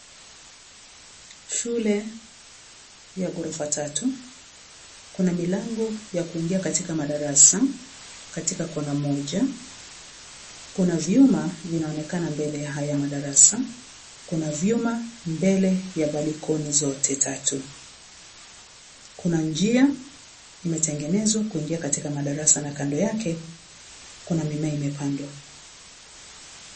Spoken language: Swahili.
Shule ya gorofa tatu, kuna milango ya kuingia katika madarasa katika kona moja, kuna vyuma vinaonekana mbele ya haya madarasa, kuna vyuma mbele ya balikoni zote tatu, kuna njia imetengenezwa kuingia katiaka madarasa na kando yake kuna mimea imepandwa.